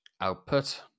output